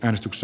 äänestys